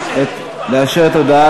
איפה,